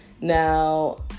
Now